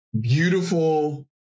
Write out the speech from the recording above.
Beautiful